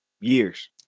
years